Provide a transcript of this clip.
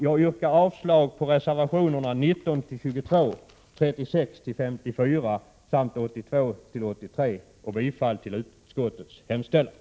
Jag yrkar avslag på reservationerna 19-22, 36-54 samt 82 och 83 och bifall till utskottets hemställan.